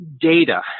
data